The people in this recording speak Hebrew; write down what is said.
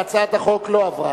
אני קובע שהצעת החוק לא עברה.